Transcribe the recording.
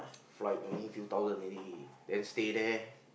flight only few thousand already then stay there